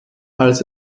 als